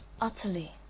utterly